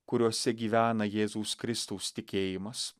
kuriuose gyvena jėzaus kristaus tikėjimas